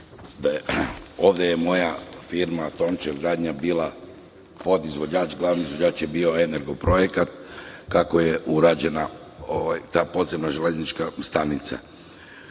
ovde je moja firma, „Tončev gradnja“, bila podizvođač, glavni izvođač je bio „Energoprojekat“, kako je urađena podzemna železnička stanica. Odmah